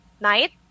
night